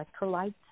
electrolytes